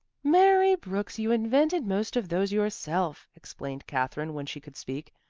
mary brooks, you invented most of those yourself, explained katherine, when she could speak.